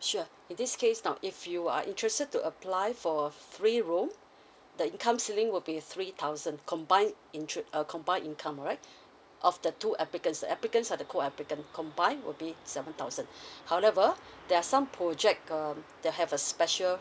sure in this case now if you are interested to apply for a three room the income ceiling will be three thousand combined in tri~ uh combine income alright of the two applicants the applicants are the co applicants combine would be seven thousand however there are some project um that have a special